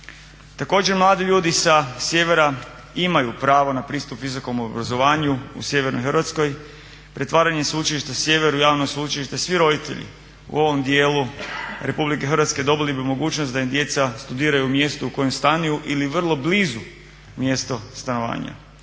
Također mladi ljudi sa sjevera imaju pravo na pristup visokom obrazovanju u sjevernoj Hrvatskoj, pretvaranjem Sveučilišta Sjever u javno sveučilište svi roditelji u ovom dijelu RH dobili bi mogućnost da im djeca studiraju u mjestu u kojem stanuju ili vrlo blizu mjestu stanovanja.